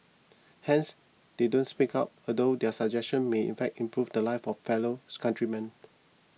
hence they don't speak up although their suggestions may in fact improve the lives of fellows countrymen